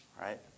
right